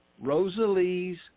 Rosalie's